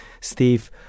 Steve